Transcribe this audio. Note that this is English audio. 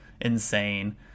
insane